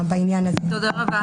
תודה.